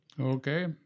okay